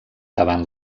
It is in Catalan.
davant